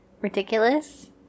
Ridiculous